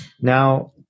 Now